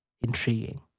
intriguing